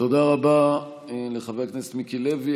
תודה רבה לחבר הכנסת מיקי לוי.